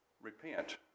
Repent